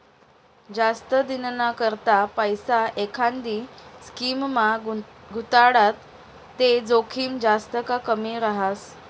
जास्त दिनना करता पैसा एखांदी स्कीममा गुताडात ते जोखीम जास्त का कमी रहास